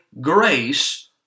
grace